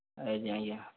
ଆଜ୍ଞା ଆଜ୍ଞା